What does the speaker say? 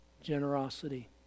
generosity